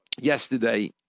yesterday